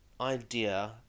idea